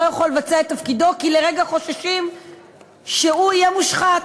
לא יכול לבצע את תפקידו כי לרגע חוששים שהוא יהיה מושחת.